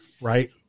right